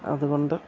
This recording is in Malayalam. അതുകൊണ്ട്